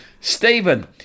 Stephen